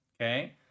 okay